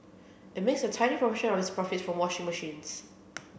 it makes a tiny proportion of its profits from washing machines